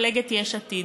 מפלגת יש עתיד.